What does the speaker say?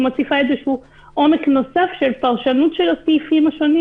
מוסיפה עומק נוסף של פרשנות של הסעיפים השונים